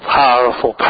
powerful